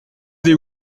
des